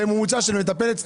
בממוצע של מטפלת,